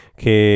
che